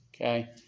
okay